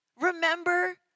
Remember